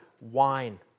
wine